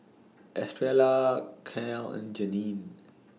Estrella Cal and Janene